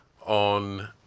on